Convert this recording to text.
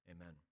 amen